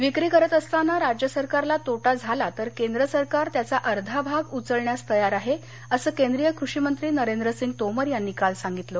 विक्री करत असताना राज्य सरकारला तोटा झाला तर केंद्र सरकार त्याचा अर्धा भाग उचलण्यास तयार आहे असं केंद्रीय कृषीमंत्री नरेंद्रसिंग तोमर यांनी काल सांगितलं